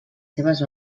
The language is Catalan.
seves